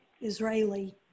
Israeli